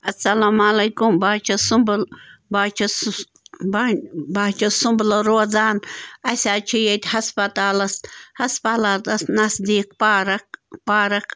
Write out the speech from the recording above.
السلامُ علیکُم بہٕ حظ چھَس سُمٛبَل بہٕ حظ چھَس بہٕ حظ چھَس سُمٛبلہٕ روزان اَسہِ حظ چھِ ییٚتہِ ہسپتالَس ہسپلاتَس نزدیٖک پارَک پارَک